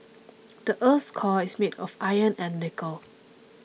the earth's core is made of iron and nickel